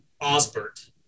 Osbert